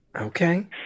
Okay